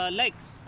legs